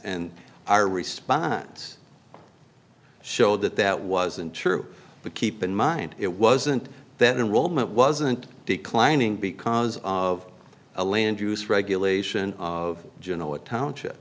and our response showed that that wasn't true but keep in mind it wasn't then in rome it wasn't declining because of a land use regulation of genoa township